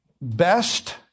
Best